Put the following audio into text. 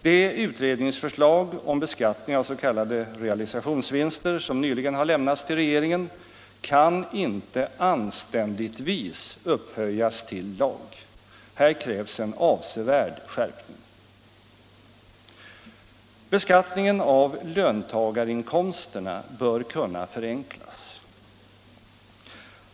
Det utredningsförslag om beskattning av s.k. realisationsvinster som nyligen lämnats till regeringen kan inte anständigtvis upp höjas till lag. Här krävs en avsevärd skärpning. Beskattningen av löntagarinkomster bör kunna förenklas.